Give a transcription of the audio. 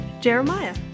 Jeremiah